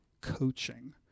coaching